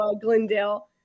Glendale